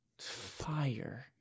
Fire